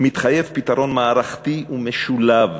מתחייב פתרון מערכתי ומשולב